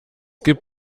gibt